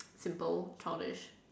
simple childish